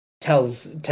tells